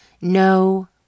No